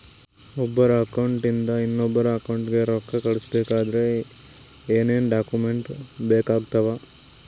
ಒಬ್ಬರ ಅಕೌಂಟ್ ಇಂದ ಇನ್ನೊಬ್ಬರ ಅಕೌಂಟಿಗೆ ರೊಕ್ಕ ಕಳಿಸಬೇಕಾದ್ರೆ ಏನೇನ್ ಡಾಕ್ಯೂಮೆಂಟ್ಸ್ ಬೇಕಾಗುತ್ತಾವ?